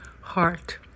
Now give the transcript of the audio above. heart